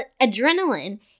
adrenaline